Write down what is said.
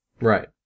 Right